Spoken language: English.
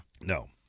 No